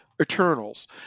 Eternals